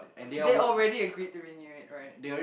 they already agreed to renew it right